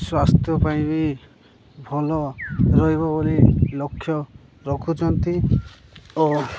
ସ୍ୱାସ୍ଥ୍ୟ ପାଇଁ ବି ଭଲ ରହିବ ବୋଲି ଲକ୍ଷ୍ୟ ରଖୁଚନ୍ତି ଓ